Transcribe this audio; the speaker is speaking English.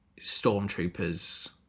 stormtroopers